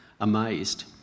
amazed